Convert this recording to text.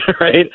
right